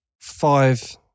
five